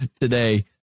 today